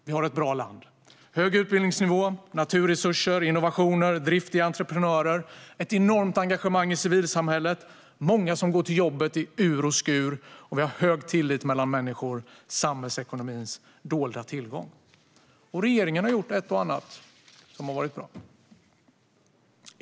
Vi har ett bra land med hög utbildningsnivå, naturresurser, innovationer, driftiga entreprenörer, ett enormt engagemang i civilsamhället, många som går till jobbet i ur och skur, och vi har hög tillit mellan människor - samhällsekonomins dolda tillgång. Regeringen har gjort ett och annat som har varit bra.